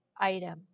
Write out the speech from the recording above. item